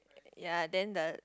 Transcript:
ya then the